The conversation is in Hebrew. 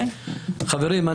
חברים,